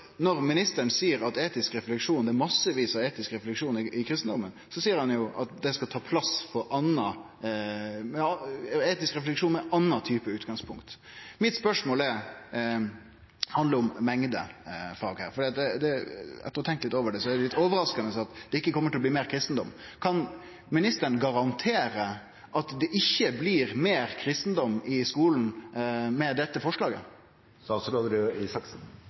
Når ministeren seier at det er massevis av etisk refleksjon i kristendommen, så seier han jo at det skal ta plass frå etisk refleksjon med anna type utgangpunkt. Mitt spørsmål handlar om mengda av faget her, for etter å ha tenkt litt over det finn eg det litt overraskande at det ikkje kjem til å bli meir kristendom. Kan ministeren garantere at det ikkje blir mer kristendom i skulen med dette forslaget?